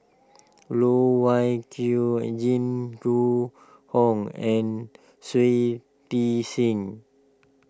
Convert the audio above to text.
Loh Wai Kiew Jing Jun Hong and Shui Tit Sing